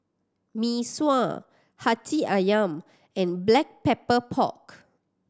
Mee Sua Hati Ayam and Black Pepper Pork